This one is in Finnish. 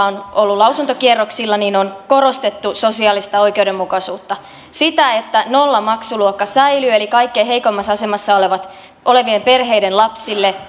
on ollut lausuntokierroksilla on korostettu sosiaalista oikeudenmukaisuutta sitä että nollamaksuluokka säilyy eli kaikkein heikoimmassa asemassa olevien perheiden lapsille